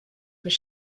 were